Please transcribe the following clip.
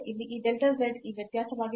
ಅಲ್ಲಿ ಈ delta z ಈ ವ್ಯತ್ಯಾಸವಾಗಿದೆ